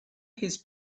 his